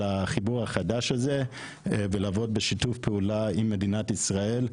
החיבור החדש הזה ולעבוד בשיתוף פעולה עם מדינת ישראל.